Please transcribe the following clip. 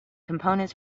components